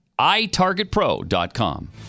itargetpro.com